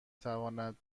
تواند